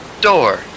door